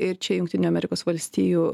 ir čia jungtinių amerikos valstijų